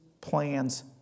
plans